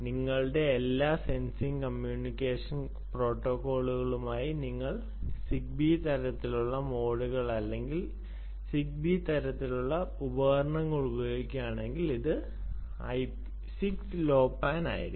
നിങ്ങളുടെ എല്ലാ sensing communication പ്രോട്ടോക്കോളുകൾക്കുമായി നിങ്ങൾ സിഗ്ബി തരത്തിലുള്ള മോഡുകൾ അല്ലെങ്കിൽ സിഗ്ബി തരത്തിലുള്ള ഉപകരണങ്ങൾ ഉപയോഗിക്കുകയാണെങ്കിൽ അത് 6LoWPAN ആയിരിക്കണം